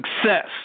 success